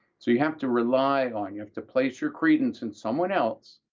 so you have to rely on, you have to place your credence in someone else,